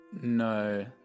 No